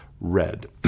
red